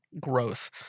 growth